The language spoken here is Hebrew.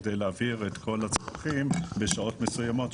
כדי להעביר את כל הצרכים בשעות מסוימות,